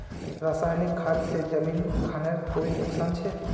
रासायनिक खाद से जमीन खानेर कोई नुकसान छे?